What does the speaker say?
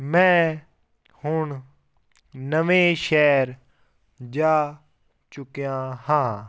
ਮੈਂ ਹੁਣ ਨਵੇਂ ਸ਼ਹਿਰ ਜਾ ਚੁੱਕਿਆ ਹਾਂ